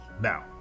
Now